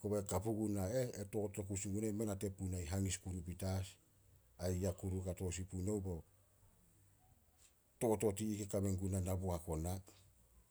Koba ka puguna eh, e totot oku sin guna mei nate puna hangis kuru petas. Ai ya kuru kato sin punouh bo totot i ih ke kame guna na boak ona.